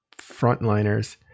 frontliners